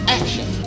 action